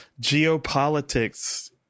geopolitics